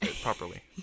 properly